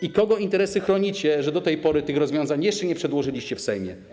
I kogo interesy chronicie, że do tej pory tych rozwiązań jeszcze nie przedłożyliście w Sejmie?